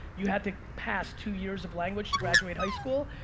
you had to pass two years of language to graduate high school.